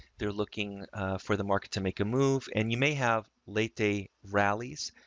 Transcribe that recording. they're looking for the market to make a move, and you may have late day rallies